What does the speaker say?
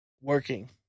working